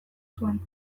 zuen